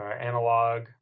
analog